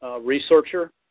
researcher